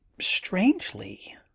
strangely